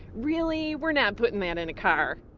really? we're not puttin' that in a car.